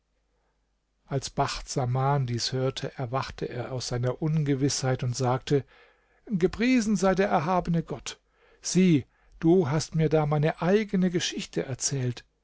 als bacht saman dies hörte erwachte er aus seiner ungewißheit und sagte gepriesen sei der erhabene gott sieh du hast mir da meine eigene geschichte erzählt